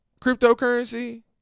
cryptocurrency